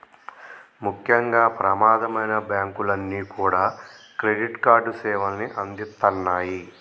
ముఖ్యంగా ప్రమాదమైనా బ్యేంకులన్నీ కూడా క్రెడిట్ కార్డు సేవల్ని అందిత్తన్నాయి